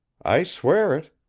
i swear it.